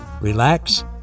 relax